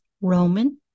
Roman